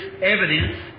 evidence